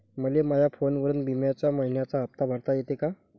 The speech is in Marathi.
मले माया फोनवरून बिम्याचा मइन्याचा हप्ता भरता येते का?